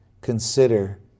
consider